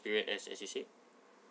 period as as you said